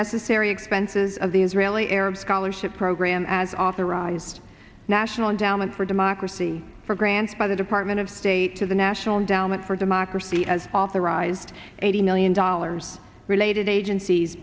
necessary expenses of the israeli arab scholarship program as authorized national endowment for democracy for grants by the department of state to the national endowment for democracy as authorized eighty million dollars related agencies